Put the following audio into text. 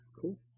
Cool